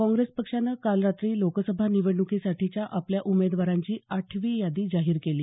काँग्रेस पक्षानं काल रात्री लोकसभा निवडण्कीसाठीच्या आपल्या उमेदवारांची आठवी यादी जाहीर केली